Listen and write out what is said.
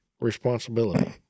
responsibility